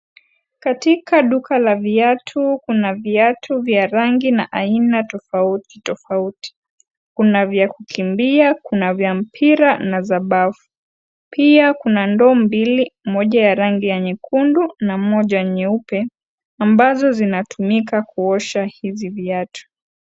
Katika duka la viatu, kuna viatu vya rangi na aina tofauti tofauti. Kuna vya kukimbia, kuna vya mpira na za bafu. Pia kuna ndoo mbili, moja ya rangi ya nyekundu na moja nyeupe, ambazo zinatumika kuosha hizi viatu.